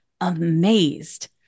amazed